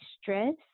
stress